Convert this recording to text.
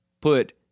Put